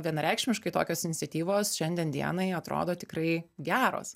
vienareikšmiškai tokios iniciatyvos šiandien dienai atrodo tikrai geros